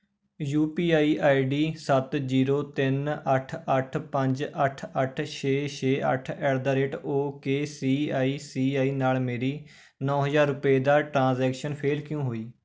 you P I ID ਸੱਤ zero ਤਿੰਨ ਅੱਠ ਅੱਠ ਪੰਜ ਅੱਠ ਅੱਠ ਛੇ ਛੇ ਅੱਠ at the rate okay C I C I ਨਾਲ ਮੇਰੀ ਨੌਂ ਹਜ਼ਾਰ ਰੁਪਏ ਦਾ ਟ੍ਰਾਂਜੈਕਸ਼ਨ ਫੇਲ੍ਹ ਕਿਉਂ ਹੋਈ